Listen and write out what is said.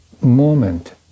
moment